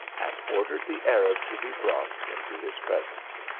and ordered the arab to be brought into his presence.